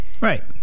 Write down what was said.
Right